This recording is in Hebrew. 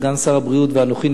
סגן שר הבריאות ואנוכי,